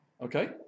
Okay